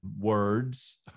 words